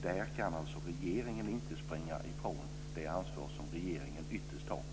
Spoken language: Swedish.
Där kan regeringen inte springa ifrån det ansvar som regeringen har ytterst.